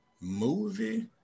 movie